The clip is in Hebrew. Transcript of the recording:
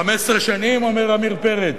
15 שנים, אומר עמיר פרץ,